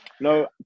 No